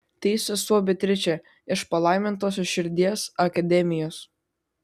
tai sesuo beatričė iš palaimintosios širdies akademijos